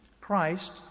Christ